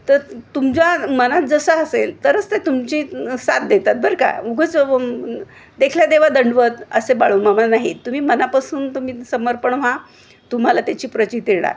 तर तुमच्या मनात जसा असेल तरच ते तुमची साथ देतात बरं का उगंच देखल्या देवा दंडवत असे बाळूमामा नाहीत तुम्ही मनापासून तुम्ही समर्पण व्हा तुम्हाला त्याची प्रचिति येणार